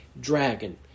dragon